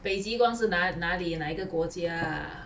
北极光是哪哪里哪一个国家